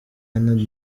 anna